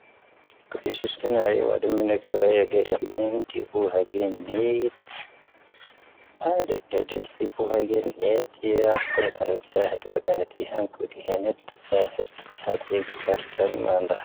ⴽoⵔⵉ ⵙⵓⵙⵜⴰⵏⴰ ⴰⵢⴰⵡⴰⴷ ⵎⵉⵏⴰ ⴽoⵢⴰⴳⴻⵔⴻ ⴽⵓⵎ ⵜⵉⴱⵓ ⵀⴰ ⴳⴻⵏⴻⵢⵜ. ⴰⴰⴷ ⴻⴽ ⵏⵢo ⵊⵉⵏⵙ ⵜⵉⴱⵓ ⵀⴰ ⴳⴻⵏⴻⵢⵜ ⵢⴰⴰ ⴽⵓⵏⵜⴰⵏ ⵜⵙⴰⵀⴰⴷ ⵡⴰⴷⵀⴰⵏ ⵜⵉⵀⴰⵏⴽo ⵜⵉⵀⴰⵏⴻⵜ. ⴰⴰⴷ ⵀⵉⵢⴰⴰⵙ ⵢⴻⴳ ⵜⴰⵔ ⵙⴰⵎ ⵎⴰⵏ ⴷⴰⵀ.